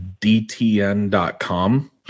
DTN.com